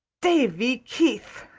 davy keith!